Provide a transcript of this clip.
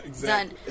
Done